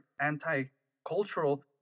anti-cultural